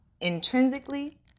intrinsically